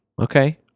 Okay